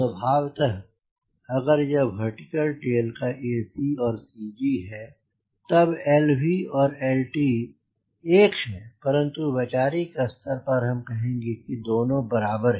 स्वभावतः अगर यह वर्टिकल टेल का ac है और CG यहाँ हैतब lv और lt एक हैं परन्तु वैचारिक स्तर पर हम कहेंगे कि दोनों बराबर हैं